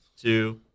two